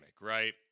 right